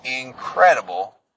incredible